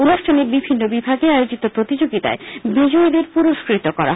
অনুষ্ঠানে বিভিন্ন বিভাগে আয়োজিত প্রতিযোগিতায় বিজয়ীদের পুরস্কৃত করা হয়